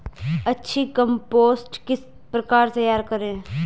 अच्छी कम्पोस्ट किस प्रकार तैयार करें?